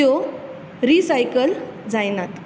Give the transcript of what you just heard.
त्यो रिसाईकल जायनात